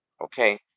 Okay